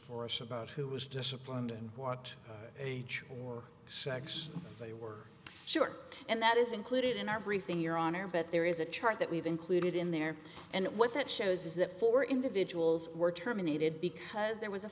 for us about who was disciplined and walked age or sex they were short and that is included in our briefing your honor but there is a chart that we've included in there and what that shows is that four individuals were terminated because there was a